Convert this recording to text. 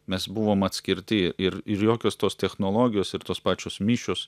mes buvom atskirti ir ir jokios tos technologijos ir tos pačios mišios